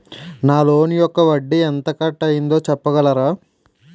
నా లోన్ యెక్క వడ్డీ ఎంత కట్ అయిందో చెప్పగలరా?